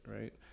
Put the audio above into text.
right